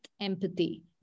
empathy